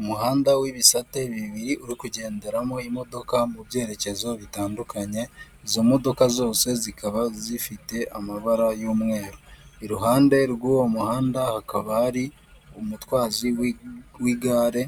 Umuhanda w'ibisate bibiri uri kugenderamo imodoka mu byerekezo bitandukanye, izo modoka zose zikaba zifite amabara y'umweru. Iruhande rw'uwo muhanda hakaba hari umutwazi w'igare